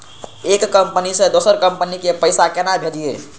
एक कंपनी से दोसर कंपनी के पैसा केना भेजये?